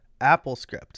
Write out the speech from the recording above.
AppleScript